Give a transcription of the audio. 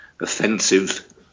offensive